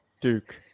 Duke